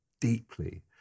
deeply